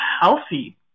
healthy